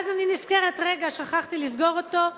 ואז אני נזכרת, רגע, שכחתי לסגור אותו.